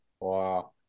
Wow